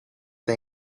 the